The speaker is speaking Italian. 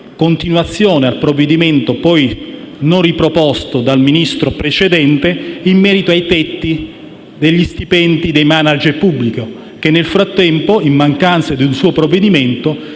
continuazione anche al provvedimento, non riproposto dal Ministro precedente, in merito ai tetti degli stipendi dei *manager* pubblici, che nel frattempo, in mancanza di un suo provvedimento,